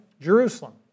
Jerusalem